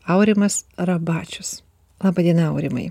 aurimas rabačius laba diena aurimai